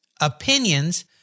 opinions